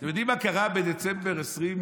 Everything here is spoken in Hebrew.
אתם יודעים מה קרה בדצמבר 2021?